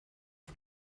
auf